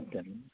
सत्यम्